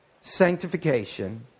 sanctification